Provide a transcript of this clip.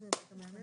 הורדנו את המאמן,